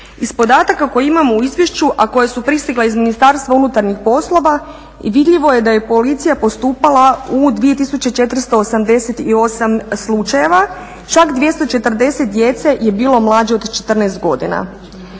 Iz podataka koja imamo u izviješću a koja su pristigla iz Ministarstva unutarnjih poslova vidljivo je da je policija postupala u 2488 slučajeva. Čak 240 djece je bilo mlađe od 14 godina.